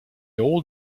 old